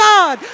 God